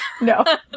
No